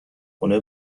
خونه